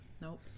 Nope